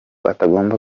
atagomba